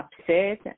upset